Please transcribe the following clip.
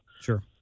Sure